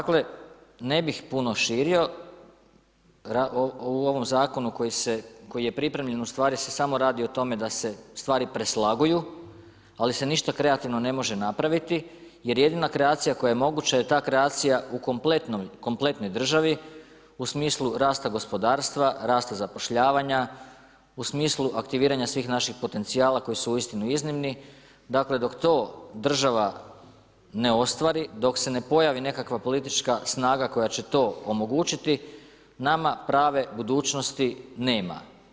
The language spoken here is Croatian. Dakle, ne bih puno širio, u ovom Zakonu koji je pripremljen ustvari se samo radi o tome da se stvari preslaguju, ali se ništa kreativno ne može napraviti jer jedina kreacija koja je moguća je ta kreacija u kompletnoj državi u smislu rasta gospodarstva, rasta zapošljavanja, u smislu aktiviranja svih naših potencijala koji su uistinu iznimni, dakle, dok to država ne ostvari, dok se ne pojavi nekakva politička snaga koja će to omogućiti, nama prave budućnosti nema.